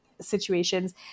situations